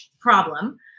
problem